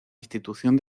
institución